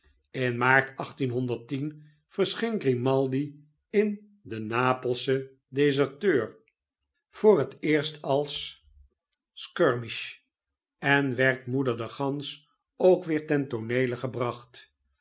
in maart verscheen grimaldi in den napelschen deserteur voor het eerst als skirmish en werd moeder de gans ook weer ten tooneele gebracht